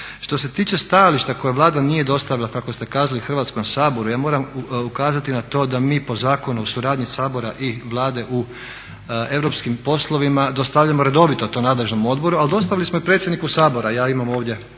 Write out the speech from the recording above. Što se tiče stajališta koje Vlada nije dostavila kako ste kazali Hrvatskom saboru, ja moram ukazati na to da mi po Zakonu o suradnji Sabora i Vlade u europskim poslovima dostavljamo redovito to nadležnom odboru, ali dostavili smo i predsjedniku Sabora. Ja imam ovdje